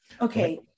Okay